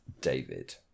David